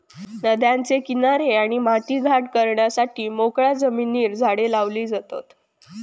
नद्यांचे किनारे आणि माती घट करण्यासाठी मोकळ्या जमिनीर झाडे लावली जातत